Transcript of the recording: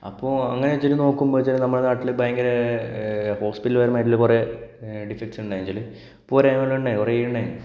അപ്പോൾ അങ്ങനെ വെച്ചിട്ട് നോക്കുമ്പോൾ വെച്ചാല് നമ്മുടെ നാട്ടില് ഭയങ്കര ഹോസ്പിറ്റല് വരുന്നതില് കുറെ ഡിസ്റ്റൻസ് ഉണ്ടായിരുന്നു എന്നുവെച്ചാല് കുറെ ഉണ്ടായിരുന്നു കുറെ ഉണ്ടായിരുന്നു അപ്പോൾ